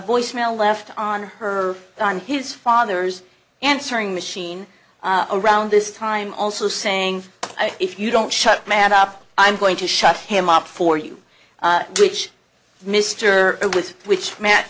voicemail left on her on his father's answering machine around this time also saying if you don't shut matt up i'm going to shut him up for you which mr it was which matt